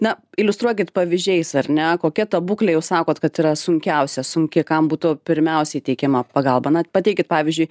na iliustruokit pavyzdžiais ar ne kokia ta būklė jūs sakot kad yra sunkiausia sunki kam būtų pirmiausiai teikiama pagalba na pateikit pavyzdžiui